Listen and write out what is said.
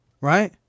right